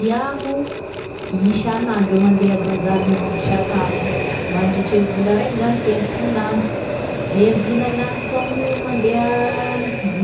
Iaho isanandro mandeha à bazary mividy sakafo, mandritry e vola raiky izagny telopolo andro, da e vola lagniko amin'io mandeha